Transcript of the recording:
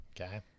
Okay